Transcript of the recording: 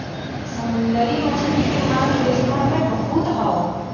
समुंदरी मछली के मांग देस भर में बहुत हौ